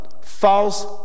false